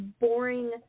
boring